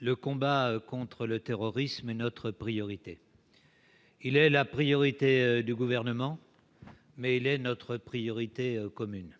le combat contre le terrorisme est notre priorité. Il est la priorité du Gouvernement, mais il est notre priorité commune.